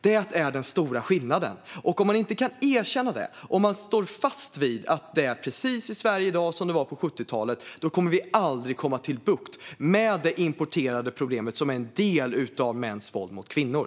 Det är den stora skillnaden, och kan man inte erkänna den utan står fast vid att det i Sverige i dag är precis som på 70-talet kommer vi aldrig att få bukt med det importerade problem som är en del av mäns våld mot kvinnor.